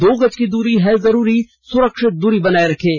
दो गज की दूरी है जरूरी सुरक्षित दूरी बनाए रखें